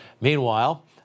Meanwhile